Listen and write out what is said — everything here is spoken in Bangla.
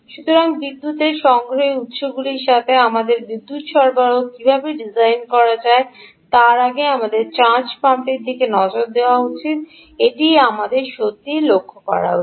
সুতরাং বিদ্যুতের সংগ্রহের উত্সগুলির সাথে আমাদের বিদ্যুৎ সরবরাহ কীভাবে ডিজাইন করা যায় তার আগে আমাদের চার্জ পাম্পটির দিকে নজর দেওয়া উচিত এটিই আমাদের সত্যই লক্ষ্য করা উচিত